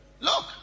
Look